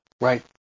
right